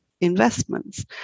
investments